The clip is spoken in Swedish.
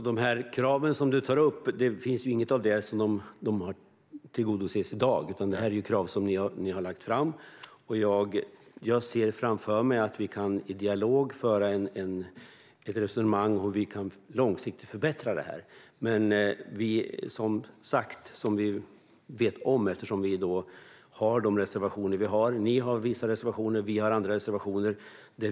Herr talman! Inga av de krav som Jens Holm tar upp tillgodoses ju i dag, utan det här är krav som ni har lagt fram. Jag ser framför mig att vi i dialog kan föra ett resonemang om hur vi långsiktigt kan förbättra detta. Ni har vissa reservationer, och vi har andra reservationer.